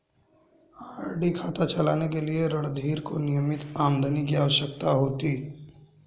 RD खाता चलाने के लिए रणधीर को नियमित आमदनी की आवश्यकता होगी